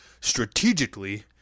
strategically